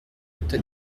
toutes